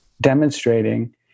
demonstrating